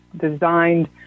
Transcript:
designed